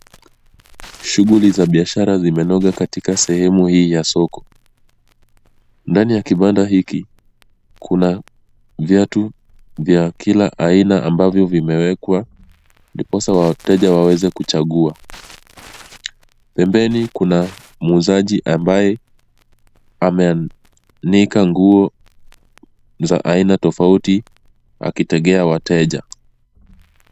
Shughuli za biashara zimenoga katika sehemu hii ya soko. Ndani ya kibanda hiki kuna viatu vya kila aina ambavyo vimewekwa ndiposa wateja waweze kuchagua. Pembeni kuna muuzaji ambaye ameanika nguo za aina tofauti akitegea wateja.